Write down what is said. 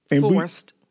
forced